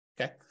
Okay